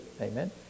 amen